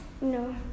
No